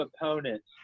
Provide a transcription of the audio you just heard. opponents